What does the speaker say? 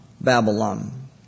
Babylon